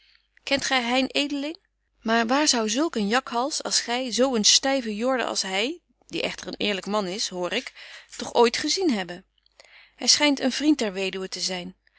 kent gy hein edeling maar waar zou zulk een jakhals als gy zo een styven jorden als hy die echter een eerlyk man is hoor ik toch ooit gezien hebben hy schynt een vriend der weduwe te zyn